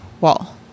wall